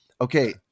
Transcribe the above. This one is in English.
okay